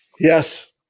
Yes